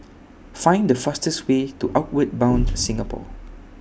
Find The fastest Way to Outward Bound Singapore